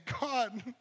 God